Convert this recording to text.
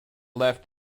left